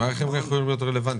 איך הם יכולים להיות רלוונטיים?